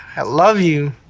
i love you.